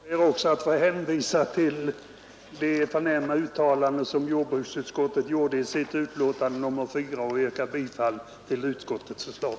Herr talman! Jag ber också att få hänvisa till det förnämliga uttalande som jordbruksutskottet gjorde i sitt betänkande nr 4 och yrkar bifall till utskottets förslag.